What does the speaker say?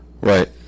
Right